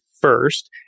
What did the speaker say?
first